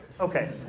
okay